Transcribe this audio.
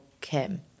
Kim